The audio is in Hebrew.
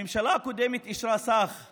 הממשלה הקודמת אישרה סכום